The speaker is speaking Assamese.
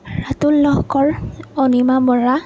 ৰাতুল লহকৰ অনিমা বৰা